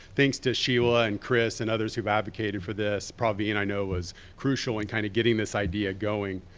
thanks to sheila and chris and others who've advocated for this probably and i know was crucial in kind of getting this idea going.